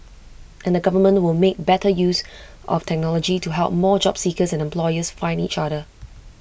and the government will make better use of technology to help more job seekers and employers find each other